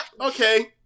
Okay